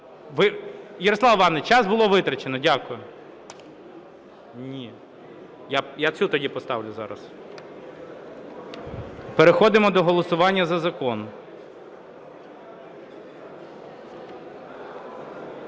Ярослав Іванович, час було витрачено. Дякую. Я цю тоді поставлю зараз. Переходимо до голосування за закон. Ставлю